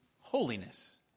holiness